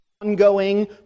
ongoing